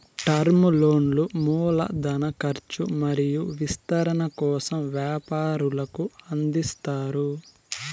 term లోన్లు మూల ధన కర్చు మరియు విస్తరణ కోసం వ్యాపారులకు అందిస్తారు